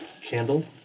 Candle